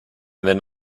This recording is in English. then